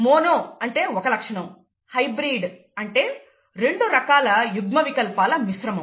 mono అంటే ఒక లక్షణం హైబ్రిడ్ అంటే రెండు రకాల యుగ్మ వికల్పాల మిశ్రమం